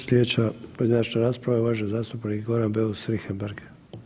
Slijedeća pojedinačna rasprava je uvaženi zastupnik Goran Beus Richembergh.